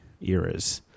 eras